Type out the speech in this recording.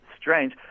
strange